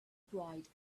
bride